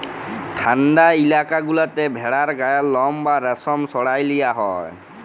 ঠাল্ডা ইলাকা গুলাতে ভেড়ার গায়ের লম বা রেশম সরাঁয় লিয়া হ্যয়